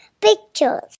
pictures